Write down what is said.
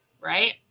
right